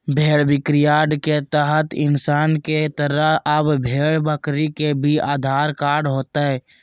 भेड़ बिक्रीयार्ड के तहत इंसान के तरह अब भेड़ बकरी के भी आधार कार्ड होतय